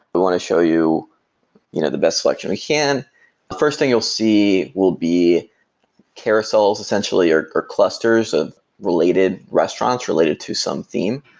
we want to show you you know the best selection we can. the first thing you'll see will be carousels essentially or or clusters of related restaurants related to some theme.